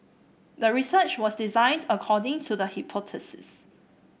the research was designed according to the hypothesis